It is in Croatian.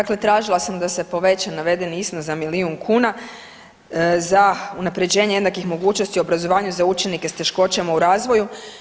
Dakle, tražila sam da se poveća navedeni iznos za milijun kuna za unaprjeđenje jednakih mogućnosti u obrazovanju za učenike s teškoćama u razvoju.